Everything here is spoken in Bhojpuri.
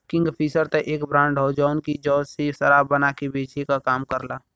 किंगफिशर त एक ब्रांड हौ जौन की जौ से शराब बना के बेचे क काम करला